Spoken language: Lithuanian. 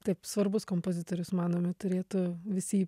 taip svarbus kompozitorius manome turėtų visi jį